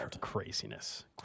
craziness